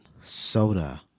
soda